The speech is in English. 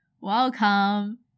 welcome